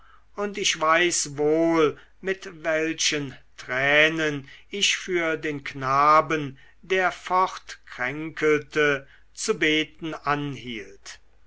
und ich weiß wohl mit welchen tränen ich für den knaben der fortkränkelte zu beten anhielt